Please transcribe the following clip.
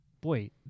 boy